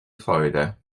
florida